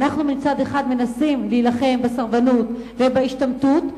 מצד אחד אנחנו מנסים להילחם בסרבנות ובהשתמטות,